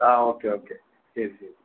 ആ okay okay ശരി ശരി